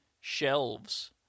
shelves